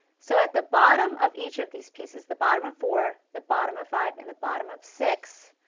so at the bottom of each of these pieces, the bottom of four, the bottom of five and the bottom of six,